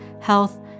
health